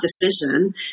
decision